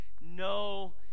no